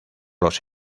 los